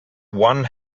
one